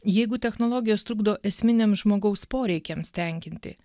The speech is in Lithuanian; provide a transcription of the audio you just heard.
jeigu technologijos trukdo esminiems žmogaus poreikiams tenkinti